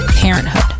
parenthood